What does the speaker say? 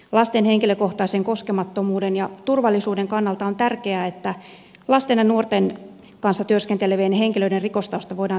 lasten henkilökohtaisen koskemattomuuden ja turvallisuuden kannalta on tärkeää että lasten ja nuorten kanssa työskentelevien henkilöiden rikostausta voidaan selvittää